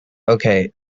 okay